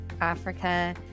Africa